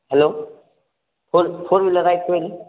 hello four four wheeler आहे का two wheel